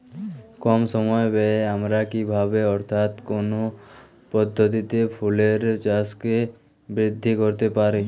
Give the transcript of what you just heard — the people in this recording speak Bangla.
কম সময় ব্যায়ে আমরা কি ভাবে অর্থাৎ কোন পদ্ধতিতে ফুলের চাষকে বৃদ্ধি করতে পারি?